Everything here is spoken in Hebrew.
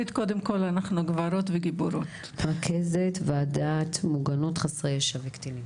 שיפריס, רכזת ועדת מוגנות חסרי ישע וקטינים.